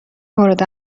مورد